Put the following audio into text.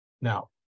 now